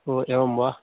ओ एवं वा